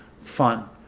fun